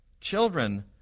Children